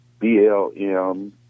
BLM